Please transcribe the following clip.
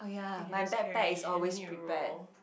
you can just carry then don't need to roll